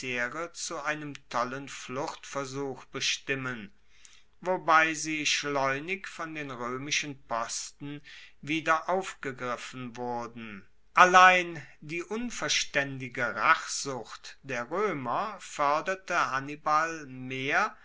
zu einem tollen fluchtversuch bestimmen wobei sie schleunig von den roemischen posten wieder aufgegriffen wurden allein die unverstaendige rachsucht der roemer foerderte hannibal mehr